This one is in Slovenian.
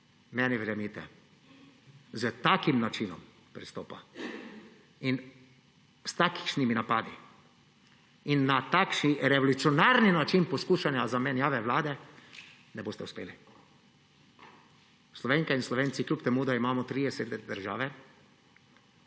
meni verjemite, s takim načinom pristopa in s takšnimi napadi in na takšen revolucionaren način poskušanja zamenjave vlade ne boste uspeli. Slovenke in Slovenci, kljub temu da imamo 30 let države,